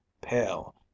pale